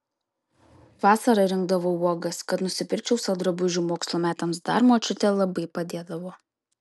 vasara rinkdavau uogas kad nusipirkčiau sau drabužių mokslo metams dar močiutė labai padėdavo